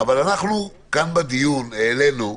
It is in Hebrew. אבל אנחנו כאן בדיון העלינו,